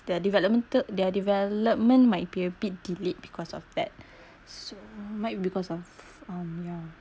their developmental their development might be a bit delayed because of that so might because of um ya